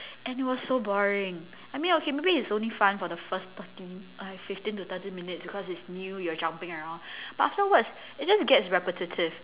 and it was so boring I mean okay maybe it's only fun for the first thirty uh fifteen to thirty minutes because it's new you're jumping around but afterwards it just gets repetitive